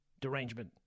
derangement